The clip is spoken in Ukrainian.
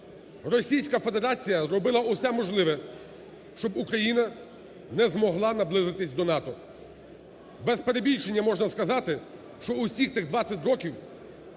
Російська Федерація робила все можливе, щоб Україна не змогла наблизитися до НАТО. Без перебільшення можна сказати, що усіх тих 20 років